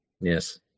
Yes